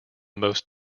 most